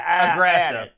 aggressive